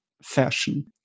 fashion